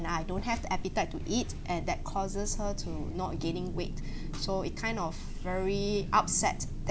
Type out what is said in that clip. I don't have the appetite to eat and that causes her to not gaining weight so it kind of very upset